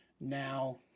Now